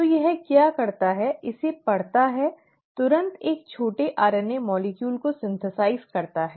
तो यह क्या करता है इसे पढ़ता है तुरंत एक छोटे आरएनए अणु को संश्लेषित करता है